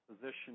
position